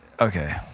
Okay